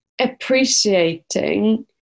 appreciating